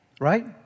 Right